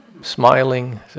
smiling